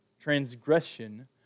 transgression